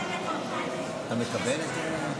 אתה מקבל את זה?